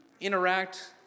interact